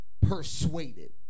persuaded